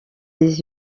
les